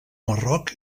marroc